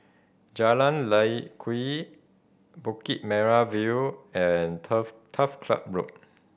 Jalan Lye Kwee Bukit Merah View and Turf Turf Club Road